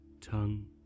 Tongue